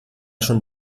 schon